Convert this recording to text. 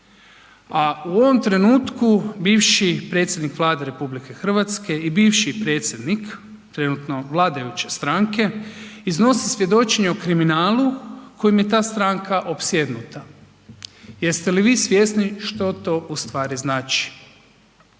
A u ovom trenutku bivši predsjednik Vlade RH i bivši predsjednik trenutno vladajuće stranke iznosi svjedočenje o kriminalu kojim je ta stranka opsjednuta. Jeste li svjesni što to ustvari znači?